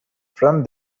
from